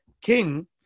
king